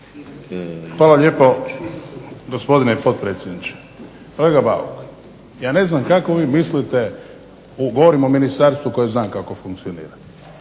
Hvala lijepo, gospodine potpredsjedniče. Kolega Bauk, ja ne znam kako vi mislite, govorim o ministarstvu koje znam kako funkcionira,